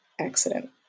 accident